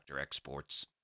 exports